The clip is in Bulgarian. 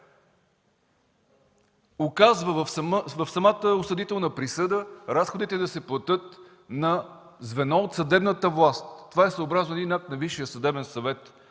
указва в самата осъдителна присъда разходите да се платят на звено от съдебната власт. Това е съобразно един акт на Висшия съдебен съвет.